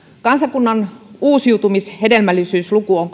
kansakunnan uusiutumis hedelmällisyysluku on